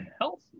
healthy